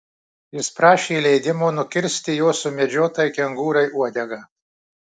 jis prašė leidimo nukirsti jo sumedžiotai kengūrai uodegą